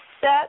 set